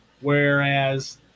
Whereas